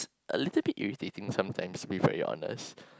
a little bit irritating sometimes to be very honest